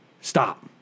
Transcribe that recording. stop